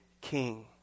King